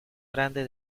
grande